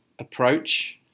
Approach